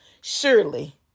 surely